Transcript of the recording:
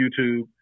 YouTube